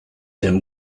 him